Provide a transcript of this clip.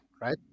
Right